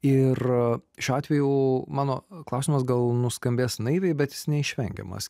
ir šiuo atveju mano klausimas gal nuskambės naiviai bet jis neišvengiamas